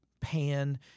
pan